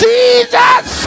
Jesus